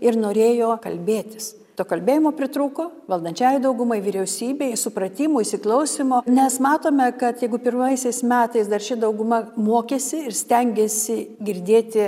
ir norėjo kalbėtis to kalbėjimo pritrūko valdančiajai daugumai vyriausybei supratimų įsiklausymo nes matome kad jeigu pirmaisiais metais dar ši dauguma mokėsi ir stengėsi girdėti